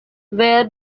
where